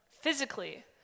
physically